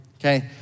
okay